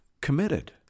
committed